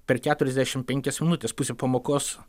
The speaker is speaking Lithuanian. per keturiasdešimt penkias minutes pusę pamokos